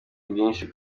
bwinshi